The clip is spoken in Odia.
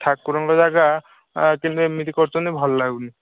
ଠାକୁରଙ୍କ ଜାଗା କିନ୍ତୁ ଏମିତି କରୁଛନ୍ତି ଭଲ ଲାଗୁନି